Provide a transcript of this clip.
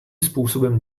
způsobem